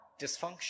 dysfunction